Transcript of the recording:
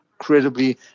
incredibly